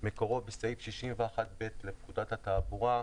מקורו בסעיף 61ב' לפקודת התעבורה,